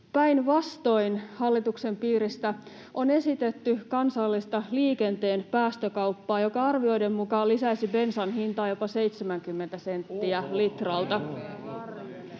Päinvastoin hallituksen piiristä on esitetty kansallista liikenteen päästökauppaa, joka arvioiden mukaan lisäisi bensan hintaa jopa 70 senttiä litralta.